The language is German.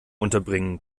unterbringen